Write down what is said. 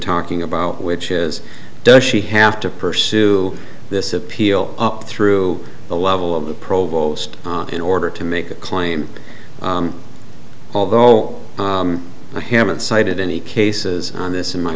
talking about which is does she have to pursue this appeal up through the level of the provost in order to make a claim although i haven't cited any cases on this in my